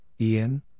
Ian